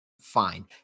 fine